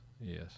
yes